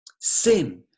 sin